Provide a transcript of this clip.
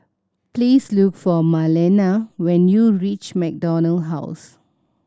please look for Marlena when you reach MacDonald House